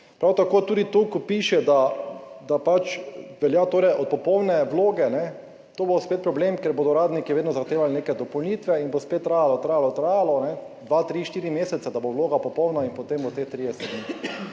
Prav tako tudi to, ko piše, da velja od popolne vloge, tu bo spet problem, ker bodo uradniki vedno zahtevali neke dopolnitve in bo spet trajalo, trajalo, trajalo dva, tri, štiri mesece, da bo vloga popolna, in potem bo teh 30 dni.